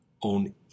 on